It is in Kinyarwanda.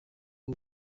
rwo